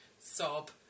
sob